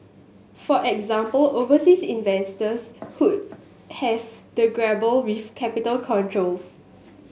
for example overseas investors would have to grapple with capital controls